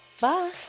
bye